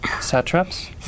satraps